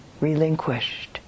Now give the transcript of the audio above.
relinquished